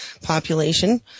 population